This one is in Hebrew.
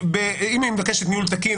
אם היא מבקשת ניהול תקין,